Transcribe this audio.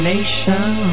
Nation